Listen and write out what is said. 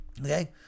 Okay